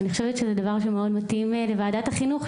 ואני חושבת שזה דבר שמאוד מתאים לוועדת החינוך,